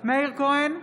מאיר כהן,